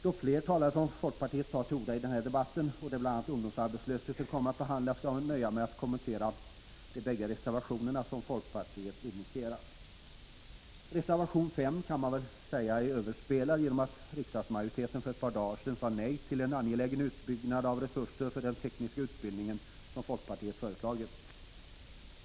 Då fler talare från folkpartiet tar till orda i denna debatt — där bl.a. ungdomsarbetslösheten kommer att behandlas — skall jag nöja mig med att kommentera de båda reservationer som folkpartiet initierat. Reservation 5 kan man säga är överspelad genom att riksdagsmajoriteten för ett par dagar sedan sade nej till en angelägen utbyggnad av resurser för den tekniska utbildningen som folkpartiet har föreslagit.